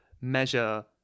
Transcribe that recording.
measure